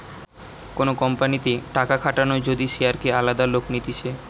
কোন কোম্পানিতে টাকা খাটানো যদি শেয়ারকে আলাদা লোক নিতেছে